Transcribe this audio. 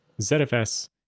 ZFS